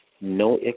no